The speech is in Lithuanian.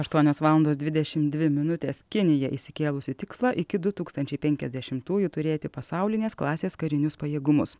aštuonios valandos dvidešimt dvi minutės kinija išsikėlusi tikslą iki du tūkstančiai penkiasdešimtųjų turėti pasaulinės klasės karinius pajėgumus